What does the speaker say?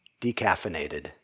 decaffeinated